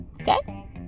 okay